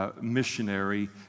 missionary